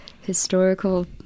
historical